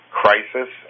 crisis